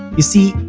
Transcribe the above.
you see,